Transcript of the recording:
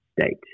state